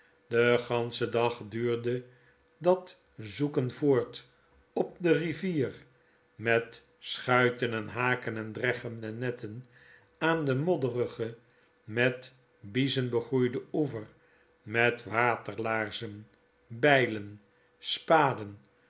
den ganschen dag duurde dat zken voort op de rivier met schuiten en haken en dreggen en netten aan den modderigen met biezen begroeiden oever met waterfaarzen bylen spaden